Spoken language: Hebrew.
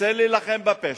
רוצה להילחם בפשע,